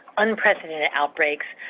unprecedented outbreak.